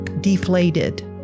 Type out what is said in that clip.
deflated